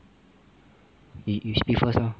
you you speak first lor